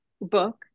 book